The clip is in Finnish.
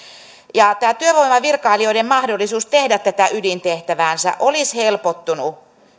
tämä työvoimavirkailijoiden mahdollisuus tehdä tätä ydintehtäväänsä olisi helpottunut